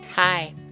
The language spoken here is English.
Hi